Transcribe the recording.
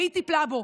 והיא טיפלה בו